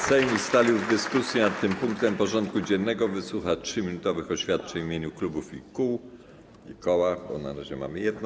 Sejm ustalił, że w dyskusji nad tym punktem porządku dziennego wysłucha 3-minutowych oświadczeń w imieniu klubów i koła, bo na razie mamy jedno.